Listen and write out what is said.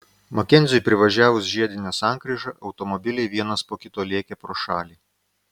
makenziui privažiavus žiedinę sankryžą automobiliai vienas po kito lėkė pro šalį